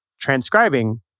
transcribing